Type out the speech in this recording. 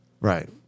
right